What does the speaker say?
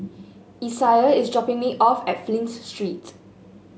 Isiah is dropping me off at Flint Street